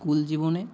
school জীবনে